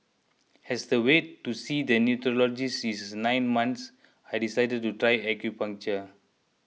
as the wait to see the neurologist is nine months I decided to try acupuncture